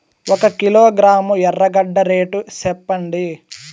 ఒక కిలోగ్రాము ఎర్రగడ్డ రేటు సెప్పండి?